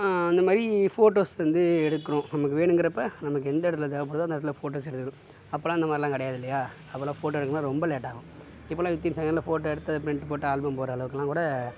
அந்த மாதிரி ஃபோட்டோஸ் வந்து எடுக்குறோம் நமக்கு வேணுங்குறப்போ நமக்கு எந்த இடத்துல தேவைப்படுதோ அந்த இடத்துல ஃபோட்டோஸ் எடுக்குறோம் அப்போலான் இந்த மாதிரிலான் கிடையாது இல்லையா அப்போலாம் ஃபோட்டோ எடுக்கணுன்னா ரொம்ப லேட் ஆகும் இப்போலான் வித் இன் செகண்ட்டில் ஃபோட்டோ எடுத்து அதை பிரிண்ட் போட்டு ஆல்பம் போட்ற அளவுக்குலாம் கூட